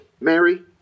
Mary